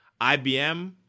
IBM